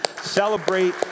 Celebrate